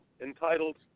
entitled